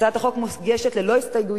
הצעת החוק מוגשת ללא הסתייגויות,